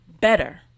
better